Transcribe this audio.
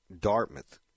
Dartmouth